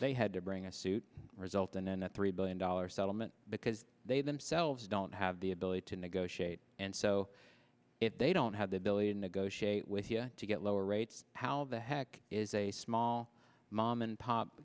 they had to bring a suit result and then a three billion dollars settlement because they themselves don't have the ability to negotiate and so if they don't have the ability to negotiate with you to get lower rates how the heck is a small mom and pop